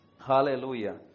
Hallelujah